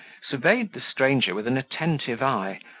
surveyed the stranger with an attentive eye,